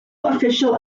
official